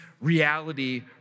reality